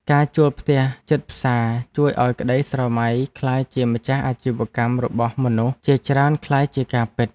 ការជួលផ្ទះជិតផ្សារជួយឱ្យក្តីស្រមៃចង់ក្លាយជាម្ចាស់អាជីវកម្មរបស់មនុស្សជាច្រើនក្លាយជាការពិត។